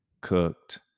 cooked